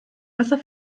besser